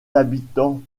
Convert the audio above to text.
habitants